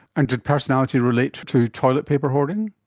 and did personality relate to to toilet paper hoarding?